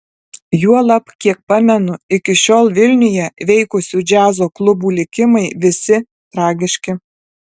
juolab kiek pamenu iki šiol vilniuje veikusių džiazo klubų likimai visi tragiški